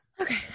Okay